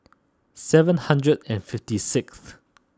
seven hundred and fifty sixth